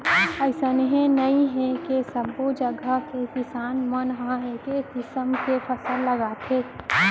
अइसे नइ हे के सब्बो जघा के किसान मन ह एके किसम के फसल लगाथे